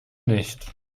nicht